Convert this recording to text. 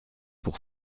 pour